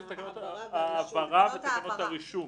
תקנות ההעברה והרישום.